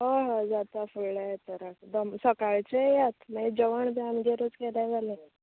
हय हय जाता फुडल्या आयताराक दम सकाळचे येयात मागीर जेवण बी आमगेरूच केल्यार जाले